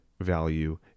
value